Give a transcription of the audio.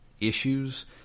issues